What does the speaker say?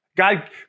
God